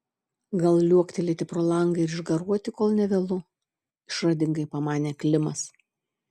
gal liuoktelėti pro langą ir išgaruoti kol ne vėlu išradingai pamanė klimas